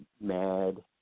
MAD